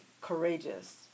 courageous